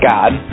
God